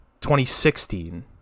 2016